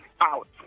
out